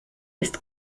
ist